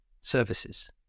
services